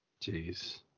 Jeez